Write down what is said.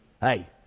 hey